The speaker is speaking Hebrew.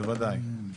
בוודאי.